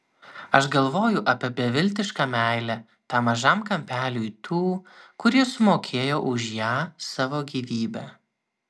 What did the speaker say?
aš galvoju apie beviltišką meilę tam mažam kampeliui tų kurie sumokėjo už ją savo gyvybe